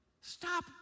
Stop